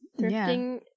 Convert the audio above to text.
thrifting